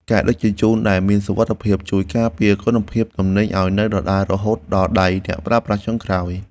ការដឹកជញ្ជូនដែលមានសុវត្ថិភាពជួយការពារគុណភាពទំនិញឱ្យនៅដដែលរហូតដល់ដៃអ្នកប្រើប្រាស់ចុងក្រោយ។